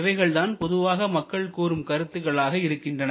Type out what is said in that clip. இவைகள் தான் பொதுவாக மக்கள் கூறும் கருத்துகளாக இருக்கின்றன